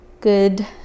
good